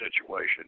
situation